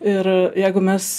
ir jeigu mes